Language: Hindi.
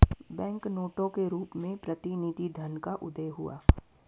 बैंक नोटों के रूप में प्रतिनिधि धन का उदय हुआ